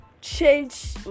change